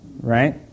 right